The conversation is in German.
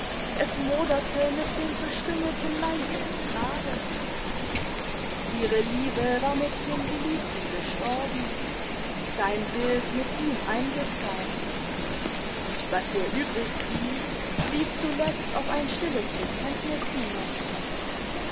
es moderte mit dem verstümmelten leibe im grabe ihre liebe war mit dem geliebten gestorben sein bild mit ihm eingesargt was ihr übrig blieb lief zuletzt auf ein stilles bekenntniß hinaus